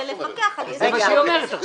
כדי לפקח --- זה מה שהיא אומרת,